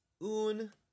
un